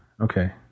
Okay